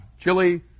Chili